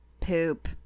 poop